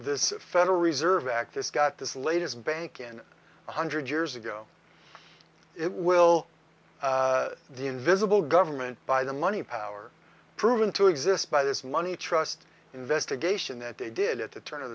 this federal reserve act this got this latest bank in one hundred years ago it will the invisible government by the money power proven to exist by this money trust investigation that they did at the turn of